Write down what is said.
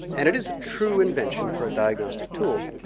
and it is a true invention for a diagnostic tool,